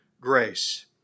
grace